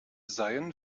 seien